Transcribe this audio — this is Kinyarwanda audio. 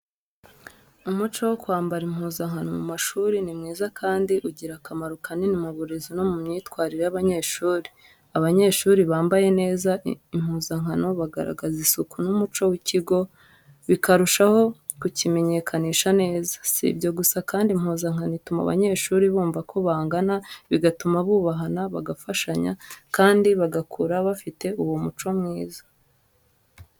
Umuco wo kwambara impuzankano mu mashuri ni mwiza kandi ugira akamaro kanini mu burezi no mu myitwarire y’abanyeshuri. Abanyeshuri bambaye neza impuzankano bagaragaza isuku n’umuco w’ikigo, bikarushaho kukimenyekanisha neza. Si ibyo gusa kandi impuzankano ituma abanyeshuri bumva ko bangana, bigatuma bubahana, bagafashanya kandi bagakura bafite umuco mwiza.